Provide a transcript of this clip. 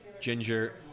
ginger